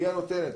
היא הנותנת,